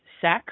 sex